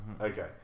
Okay